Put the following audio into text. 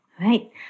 Right